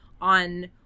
on